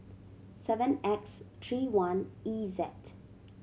seven X three one E Z